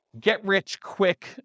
get-rich-quick